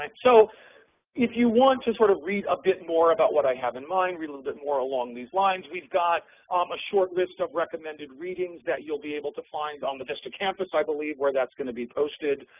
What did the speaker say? like so if you want to sort of read a bit more about what i have in mind, read a little bit more along these lines, we've got um a short list of recommended readings that you'll be able to find on the vista campus, i believe, where that's going to be posted.